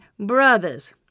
Brothers